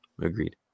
Agreed